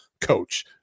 coach